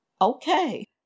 okay